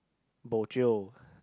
bo jio